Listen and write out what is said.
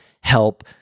help